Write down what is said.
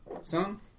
son